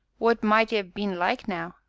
what might e ave been like, now?